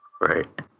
Right